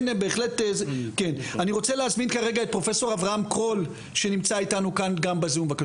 אני רוצה להזמין את פרופ' אברהם קרול, בבקשה.